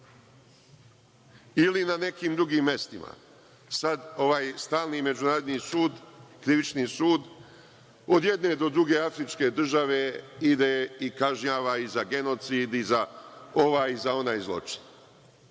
ili na nekim drugim mestima. Sad ovaj stalni Međunarodni krivični sud od jedne do druge afričke države ide i kažnjava i za genocid i za ovaj i za onaj zločin,